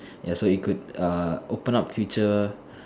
ya so it could err open up future